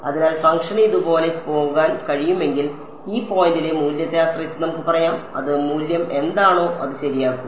അതിനാൽ ഫംഗ്ഷന് ഇതുപോലെ പോകാൻ കഴിയുമെങ്കിൽ ഈ പോയിന്റിലെ മൂല്യത്തെ ആശ്രയിച്ച് നമുക്ക് പറയാം അത് മൂല്യം എന്താണോ അത് ശരിയാക്കുക